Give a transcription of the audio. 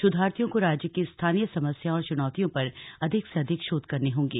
शोधार्थियों को राज्य की स्थानीय समस्याओं और चुनौतियों पर अधिक से अधिक शोध करने होंगे